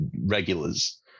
regulars